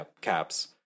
caps